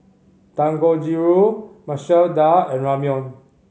Dangojiru Masoor Dal and Ramyeon